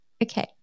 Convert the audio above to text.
Okay